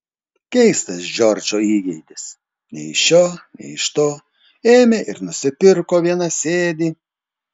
keistas džordžo įgeidis nei iš šio nei iš to ėmė ir nusipirko vienasėdį